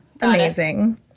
amazing